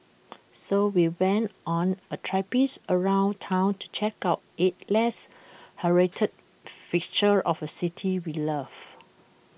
so we went on A traipse around Town to check out eight less heralded fixtures of A city we love